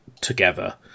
together